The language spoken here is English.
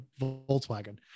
Volkswagen